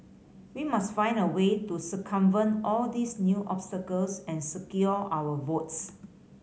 we must find a way to circumvent all these new obstacles and secure our votes